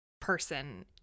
person